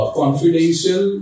confidential